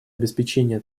обеспечения